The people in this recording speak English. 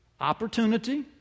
Opportunity